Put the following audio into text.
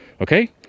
Okay